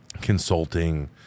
consulting